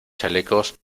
chalecos